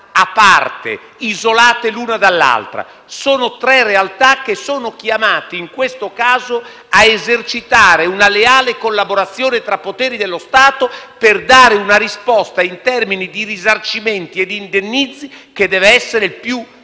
realtà isolate l'una dall'altra; sono tre realtà chiamate, in questo caso, a esercitare una leale collaborazione tra poteri dello Stato per dare una risposta, in termini di risarcimenti ed indennizzi, che deve essere il più